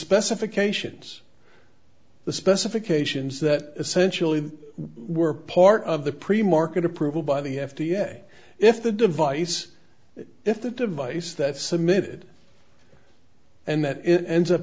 specifications the specifications that essentially were part of the premarket approval by the f d a if the device if the device that submitted and that ends up